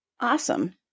Awesome